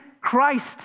Christ